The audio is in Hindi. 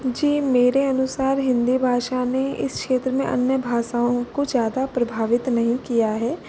जी मेरे अनुसार हिंदी भाषा में इस क्षेत्र में अन्य भाषाओं को ज़्यादा प्रभावित नहीं किया है